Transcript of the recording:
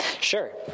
Sure